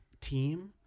team